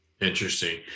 interesting